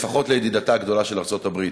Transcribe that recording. לפחות לידידתה הגדולה ארצות הברית.